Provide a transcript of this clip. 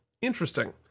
interesting